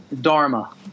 Dharma